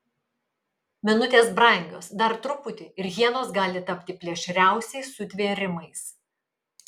minutės brangios dar truputį ir hienos gali tapti plėšriausiais sutvėrimais